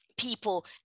people